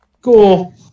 Cool